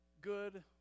good